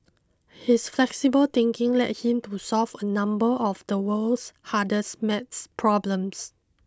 his flexible thinking led him to solve a number of the world's hardest math problems